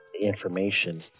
information